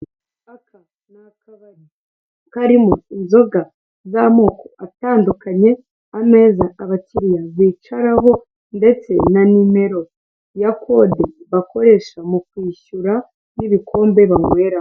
Aka ni akabari karimo inzoga z'amoko atandukanye, ameza abakiliya bicaraho, ndetse na nimero na kode bakoresha mu kwishyura, n'ibikombe banyweramo.